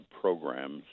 programs